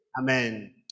Amen